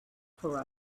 for